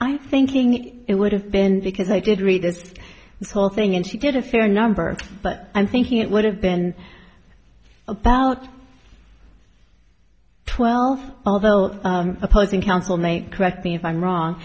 i thinking it would have been because i did read this whole thing and she did a fair number but i'm thinking it would have been about twelve although opposing counsel may correct me if i'm wrong